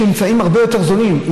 יש אמצעים הרבה יותר זולים.